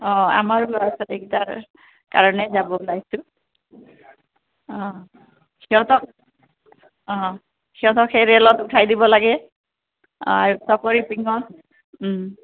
অঁ আমাৰো ল'ৰা ছোৱালীকেটাৰ কাৰণে যাব ওলাইছোঁ অঁ সিহঁতক অঁ সিহঁতক এই ৰেইলত উঠাই দিব লাগে চকৰী